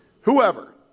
Whoever